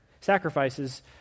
sacrifices